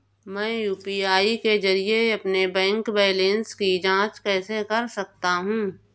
मैं यू.पी.आई के जरिए अपने बैंक बैलेंस की जाँच कैसे कर सकता हूँ?